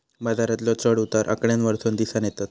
बाजारातलो चढ उतार आकड्यांवरसून दिसानं येतत